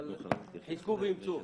אבל חזקו ואמצו.